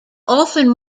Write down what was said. often